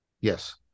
yes